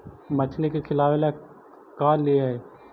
मछली के खिलाबे ल का लिअइ?